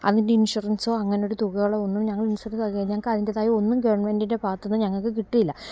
അതിൻ്റെ ഇൻഷുറൻസോ അങ്ങനെയൊരു തുകകളോ ഒന്നും ഞങ്ങൾ ഇൻഷൂറ് ഞങ്ങൾക്ക് അതിന്റെതായതൊന്നും ഗവൺമെൻറ്റിന്റെ ഭാഗത്തുനിന്ന് ഞങ്ങൾക്ക് കിട്ടിയില്ല